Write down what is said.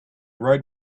road